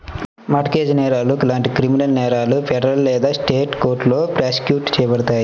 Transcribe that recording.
mart gauge నేరాలు లాంటి criminal నేరాలు ఫెడరల్ లేదా స్టేట్ కోర్టులో ప్రాసిక్యూట్ చేయబడతాయి